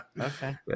Okay